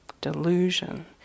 Delusion